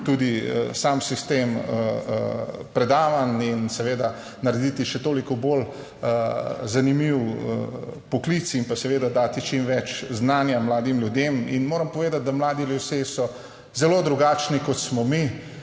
tudi sam sistem predavanj in seveda narediti še toliko bolj zanimiv poklic in pa seveda dati čim več znanja mladim ljudem, in moram povedati, da mladi ljudje so zelo drugačni, kot smo mi.